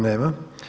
Nema.